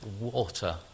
water